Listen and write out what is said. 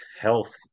health